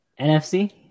NFC